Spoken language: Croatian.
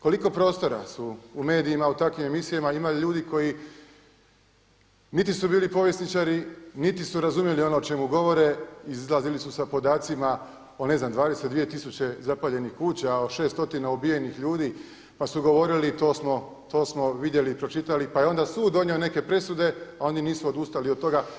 Koliko prostora su u medijima u takvim emisijama imali ljudi koji niti su bili povjesničari, niti su razumjeli ono o čemu govore, izlazili su sa podacima o ne znam 220 tisuće zapaljenih kuća, o 600 ubijenih ljudi, pa su govorili, to smo vidjeli i pročitali, pa je onda sud donio neke presude, a oni nisu odustali od toga.